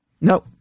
No